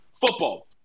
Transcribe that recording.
Football